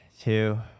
two